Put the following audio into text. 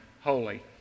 holy